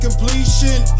Completion